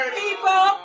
people